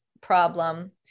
problem